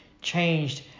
changed